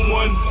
one